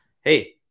Hey